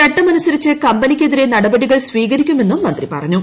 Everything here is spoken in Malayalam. ചട്ടമനുസരിച്ച് കമ്പനിക്കെതിരെ നടപടികൾ സ്വീകരിക്കുമെന്നും മന്ത്രി പറഞ്ഞു